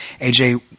AJ